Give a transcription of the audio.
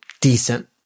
decent